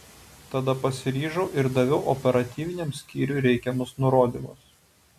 tada pasiryžau ir daviau operatyviniam skyriui reikiamus nurodymus